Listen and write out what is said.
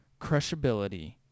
crushability